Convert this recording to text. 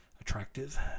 attractive